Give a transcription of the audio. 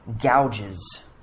gouges